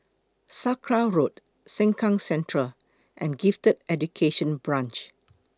Sakra Road Sengkang Central and Gifted Education Branch